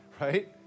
Right